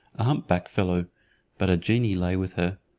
a humpback fellow but a genie lay with her.